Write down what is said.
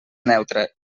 neutra